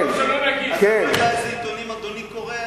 אני לא יודע איזה עיתונים אדוני קורא,